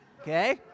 okay